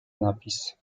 napis